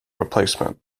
replacement